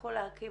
יצטרכו להקים